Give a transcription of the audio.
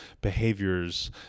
behaviors